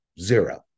zero